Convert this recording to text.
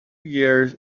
years